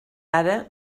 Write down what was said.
ara